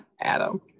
Adam